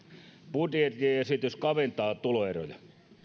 budjettiesitys kaventaa tuloeroja